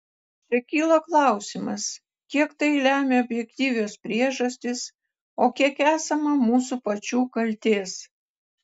čia kyla klausimas kiek tai lemia objektyvios priežastys o kiek esama mūsų pačių kaltės